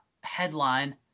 headline